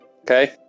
Okay